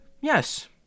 yes